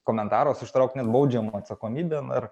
komentaras užtraukt net baudžiamąją atsakomybę na ir